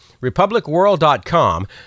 RepublicWorld.com